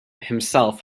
himself